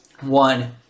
one